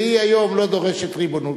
והיא היום לא דורשת ריבונות,